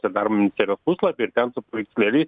ir darbo ministerijos puslapį ir ten su paveikslėliais